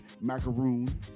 macaroon